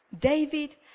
David